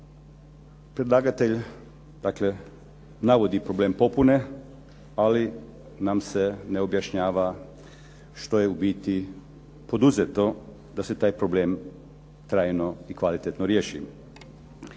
Predlagatelj navodi problem popune, ali nam se ne objašnjava što je u biti poduzeto da se taj problem trajno i kvalitetno riješi.